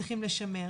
צריכים לשמר.